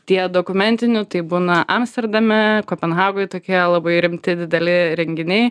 tie dokumentinių tai būna amsterdame kopenhagoj tokie labai rimti dideli renginiai